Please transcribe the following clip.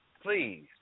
Please